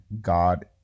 God